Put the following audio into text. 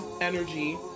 energy